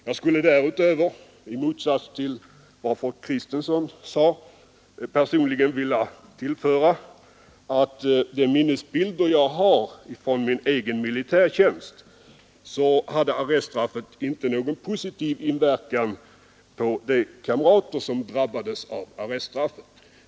Jag skulle därutöver i motsats till vad fru Kristensson sade personligen vilja tillfoga att enligt de minnesbilder jag har från min egen militärtjänst hade arreststraffet inte någon positiv inverkan på de kamrater som drabbades av detta straff.